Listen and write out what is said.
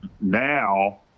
now